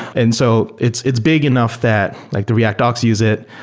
and so it's it's big enough that like the react docs use it.